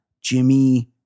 Jimmy